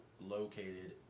located